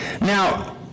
Now